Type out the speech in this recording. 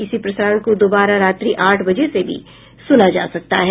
इसी प्रसारण को दोबारा रात्रि आठ बजे से भी सुना जा सकता है